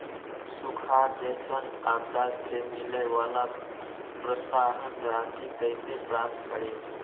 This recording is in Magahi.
सुखार जैसन आपदा से मिले वाला प्रोत्साहन राशि कईसे प्राप्त करी?